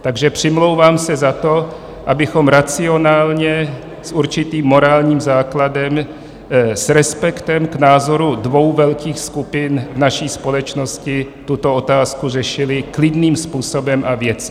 Takže se přimlouvám za to, abychom racionálně, s určitým morálním základem, s respektem k názoru dvou velkých skupin naší společnosti tuto otázku řešili klidným způsobem a věcně.